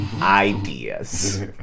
ideas